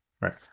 right